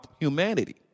humanity